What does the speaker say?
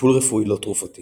טיפול רפואי לא תרופתי